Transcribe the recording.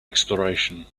exploration